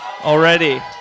already